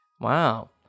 Wow